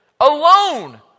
alone